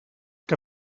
que